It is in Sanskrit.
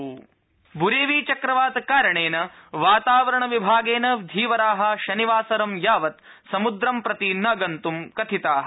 बुरेवि चक्रवात ब्रेवि चक्रवातकारणेन वातावरणविभागेन धीवरा शनिवासरं यावत समृद्रं प्रति न गन्तुं कथिता